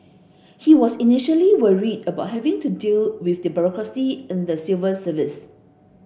he was initially worried about having to deal with the bureaucracy in the civil service